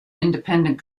independent